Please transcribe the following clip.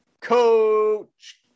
Coach